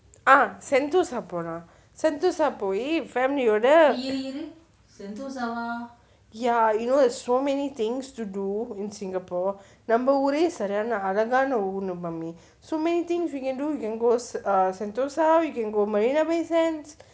ah sentosa போலாம்:polaam sentosa போய்:pooi family ஓட:ooda ya you know there's so many things to do in singapore நம்ம ஊரே செரியான அழகான ஊரு:namma uure seriyaana azhagaana uuru mummy so many things we can do we can go sentosa we can go marina bay sands